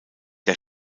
der